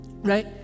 right